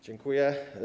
Dziękuję.